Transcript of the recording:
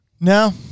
No